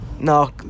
No